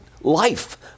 life